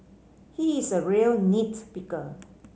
he is a real nit picker